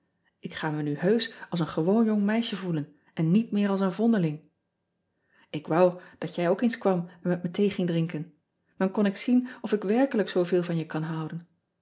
k ga me nu heusch als een gewoon jong meisje voelen en niet meer als een vondeling k wou dat je ook eens kwam en met me thee ging drinken an kon ik zien of ik werkelijk zooveel van je kan houden